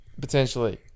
potentially